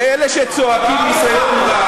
ואלה שצועקים "ניסיון רע"